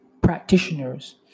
practitioners